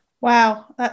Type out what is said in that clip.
Wow